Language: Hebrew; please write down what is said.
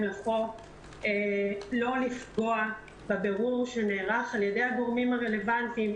לחוק לא לפגוע בבירור שנערך על ידי הגורמים הרלוונטיים,